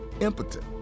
impotent